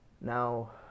now